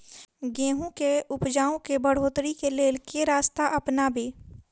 गेंहूँ केँ उपजाउ केँ बढ़ोतरी केँ लेल केँ रास्ता अपनाबी?